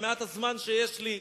במעט הזמן שיש לי,